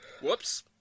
Whoops